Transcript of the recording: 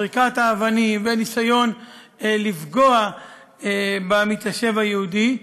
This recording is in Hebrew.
זריקת האבנים והניסיון לפגוע במתיישב היהודי,